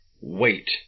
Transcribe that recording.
wait